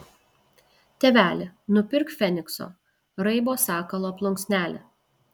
tėveli nupirk fenikso raibo sakalo plunksnelę